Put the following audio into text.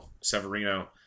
Severino